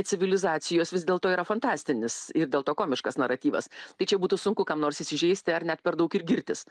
civilizacijos vis dėlto yra fantastinis ir dėl to komiškas naratyvas tai čia būtų sunku kam nors įsižeisti ar net per daug ir girtis